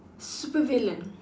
super villain